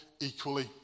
equally